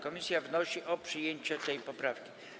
Komisja wnosi o przyjęcie tej poprawki.